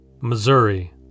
Missouri